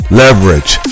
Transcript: leverage